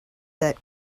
that